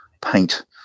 paint